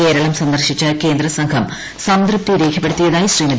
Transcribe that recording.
കേരളം സന്ദർശിച്ച കേന്ദ്ര സംഘം സംതൃപ്തി രേഖപ്പെടുത്തിയതായി ശ്രീമതി